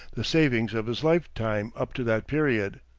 the savings of his lifetime up to that period.